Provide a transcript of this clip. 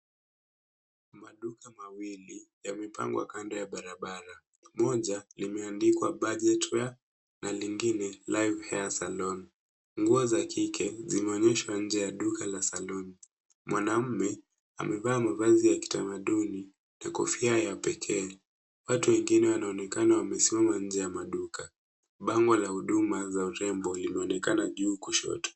Maduka mawili yamepangwa kando ya barabara, moja limeandikwa BUDGET WEA na lingine LIVE Hair SALON. Nguo za kike zimeonyeshwa nje ya duka la salon . Mwanamme amevaa mavazi ya kitamaduni na kofia ya pekee. Watu wengine wanaonekana wamesimama nje ya maduka. Bango la huduma za urembo limeonekana juu kushoto.